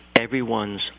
Everyone's